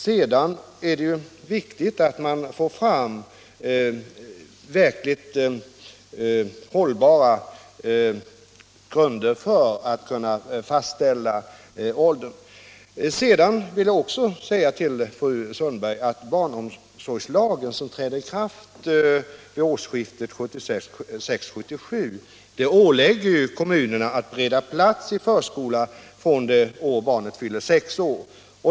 Det är viktigt att man får fram verkligt hållbara grunder för att kunna fastställa åldern. Barnomsorgslagen, som träder i kraft vid årsskiftet 1976-1977, ålägger kommunerna att bereda plats i förskola från det år då barnet fyller sex år.